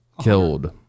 Killed